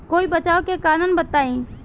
कोई बचाव के कारण बताई?